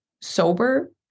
sober